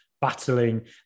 battling